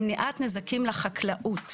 למניעת נזקים לחקלאות.